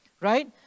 right